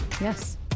Yes